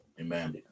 Amen